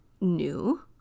new